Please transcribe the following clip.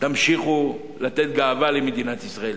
תמשיכו לתת גאווה למדינת ישראל.